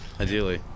Ideally